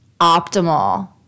optimal